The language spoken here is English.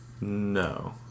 No